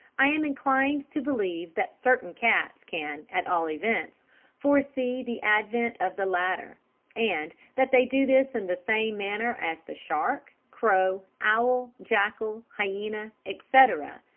i am inclined to believe that certain cats can at all events foresee the advent of the latter and that they do this in the same manner as the shark, crow, owl, jackal, hyena, etc,